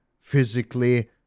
physically